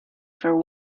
for